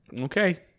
Okay